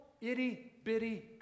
itty-bitty